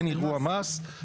אין אירוע מס,